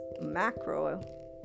macro